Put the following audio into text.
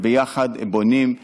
וביחד הם בונים,